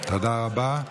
תודה רבה.